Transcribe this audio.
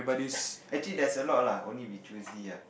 actually there's a lot lah only we choosy lah